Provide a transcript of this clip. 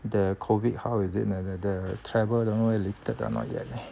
the COVID how is it the the the travel don't know lifted or not yet leh